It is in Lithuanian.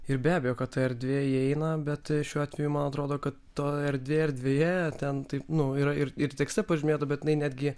ir be abejo kad ta erdvė įeina bet šiuo atveju man atrodo kad ta erdvė erdvėje ten taip nu yra ir ir tekste pažymėta bet netgi